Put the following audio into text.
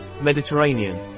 mediterranean